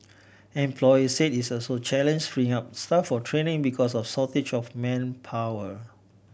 employer say it's also challenge freeing up staff for training because of shortage of manpower